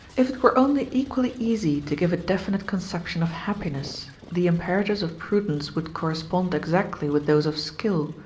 if it were only equally easy to give a definite conception of happiness, the imperatives of prudence would correspond exactly with those of skill,